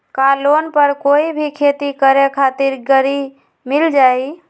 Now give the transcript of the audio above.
का लोन पर कोई भी खेती करें खातिर गरी मिल जाइ?